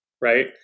right